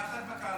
יחד בקלפי,